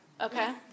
okay